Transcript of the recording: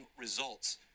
results